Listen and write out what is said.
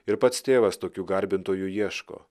ir pats tėvas tokių garbintojų ieško